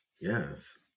Yes